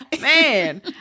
Man